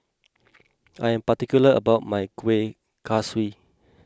I am particular about my Kuih Kaswi